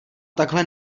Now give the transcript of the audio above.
takhle